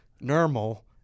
normal